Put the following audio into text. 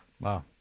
Wow